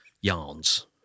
yarns